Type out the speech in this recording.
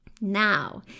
now